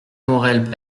morel